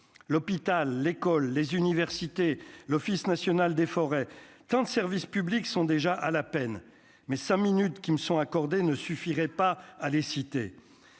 l'hôpital l'écoles, les universités, l'Office national des forêts putain de service public sont déjà à la peine, mais cinq minutes qui me sont accordées ne suffirait pas à les citer